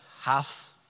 hath